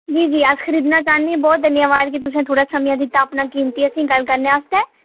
जी जी अस खरीदना चाहन्ने बोह्त धन्यवाद जी तुसें थोह्ड़ा समां दित्ता कीमती असेंगी गल्ल करने आस्तै